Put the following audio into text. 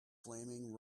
flaming